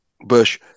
bush